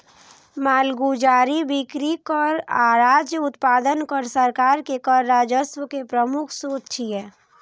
मालगुजारी, बिक्री कर आ राज्य उत्पादन कर सरकार के कर राजस्व के प्रमुख स्रोत छियै